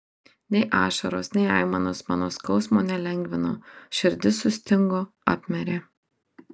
nei ašaros nei aimanos mano skausmo nelengvino širdis sustingo apmirė